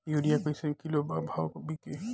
Urea कइसे kilo बा भाव अभी के?